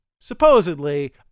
supposedly